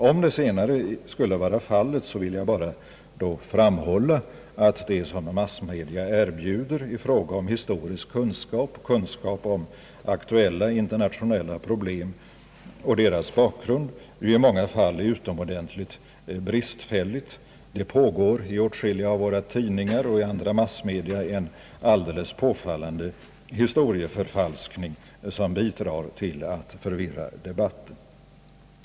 Om det senare skulle vara fallet vill jag bara framhålla att det som massmedia erbjuder i fråga om historisk kunskap och kunskap om aktuella internationella problem och deras bakgrund ju i många fall är utomordentligt bristfälligt. I åtskilliga av våra tidningar och i andra massmedia pågår en mycket påfallande historieförfalskning, som bidrar till att förvilla debatten.